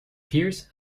pearce